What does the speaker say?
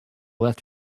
left